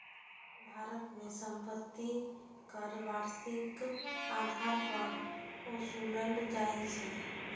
भारत मे संपत्ति कर वार्षिक आधार पर ओसूलल जाइ छै